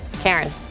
Karen